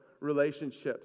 relationships